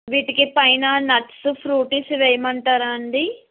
వీటికి పైన nuts fruits వేయమంటారా అండి